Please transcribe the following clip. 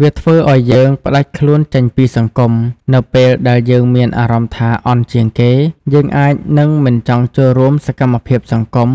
វាធ្វើឲ្យយើងផ្តាច់ខ្លួនចេញពីសង្គម នៅពេលដែលយើងមានអារម្មណ៍ថាអន់ជាងគេ យើងអាចនឹងមិនចង់ចូលរួមសកម្មភាពសង្គម